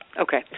Okay